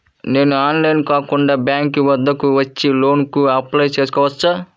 నేను ఆన్లైన్లో కాకుండా బ్యాంక్ వద్దకు వచ్చి లోన్ కు అప్లై చేసుకోవచ్చా?